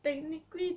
technically